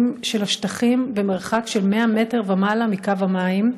של השטחים במרחק 100 מטר ומעלה מקו המים.